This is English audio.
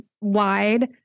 wide